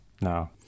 no